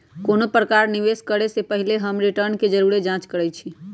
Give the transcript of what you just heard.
कोनो प्रकारे निवेश करे से पहिले हम रिटर्न के जरुरे जाँच करइछि